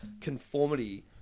conformity